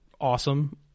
awesome